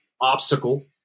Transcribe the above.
obstacle